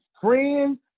friends